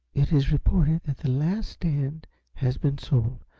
it is reported that the last stand has been sold.